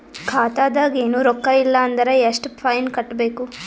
ಖಾತಾದಾಗ ಏನು ರೊಕ್ಕ ಇಲ್ಲ ಅಂದರ ಎಷ್ಟ ಫೈನ್ ಕಟ್ಟಬೇಕು?